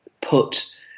put